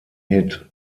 hit